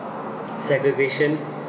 segregation